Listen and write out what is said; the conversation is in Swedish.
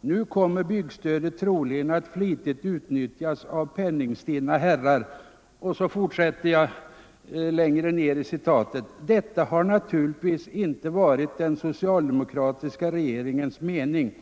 Nu kommer byggstödet troligen att flitigt utnyttjas av penningstinna herrar. -—-—- Detta har naturligtvis inte varit den socialdemokratiska regeringens mening.